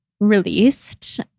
released